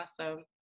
awesome